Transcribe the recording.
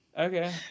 Okay